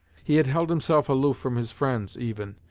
he had held himself aloof from his friends, even,